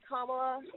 Kamala